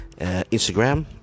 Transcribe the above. Instagram